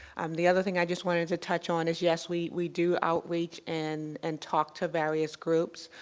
um the other thing i just wanted to touch on is yes, we we do outreach and and talk to various groups.